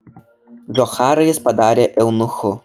džocharą jis padarė eunuchu